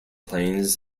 planes